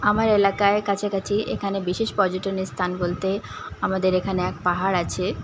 আমার এলাকায় কাছাকাছি এখানে বিশেষ পর্যটনের স্থান বলতে আমাদের এখানে এক পাহাড় আছে